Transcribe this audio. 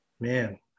man